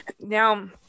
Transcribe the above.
Now